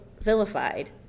vilified